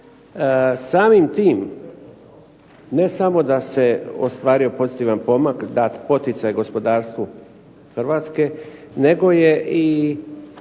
Samim tim ne samo da se ostvario pozitivan pomak dat poticaj gospodarstvu Hrvatske, nego je i